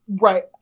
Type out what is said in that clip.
right